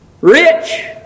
rich